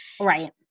Right